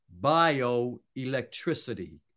bioelectricity